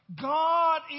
God